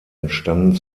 entstanden